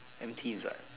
M T is what